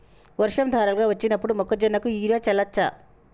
వర్షం ధారలుగా వచ్చినప్పుడు మొక్కజొన్న కు యూరియా చల్లచ్చా?